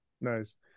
Nice